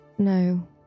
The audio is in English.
No